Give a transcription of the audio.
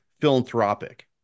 philanthropic